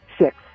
Six